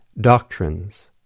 doctrines